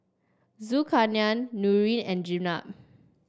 Zulkarnain Nurin and Jenab